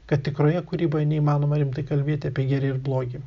kad tikroje kūryboje neįmanoma rimtai kalbėti apie gėrį ir blogį